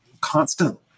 constant